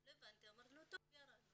אמרתי "טוב".